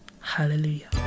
Hallelujah